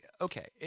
okay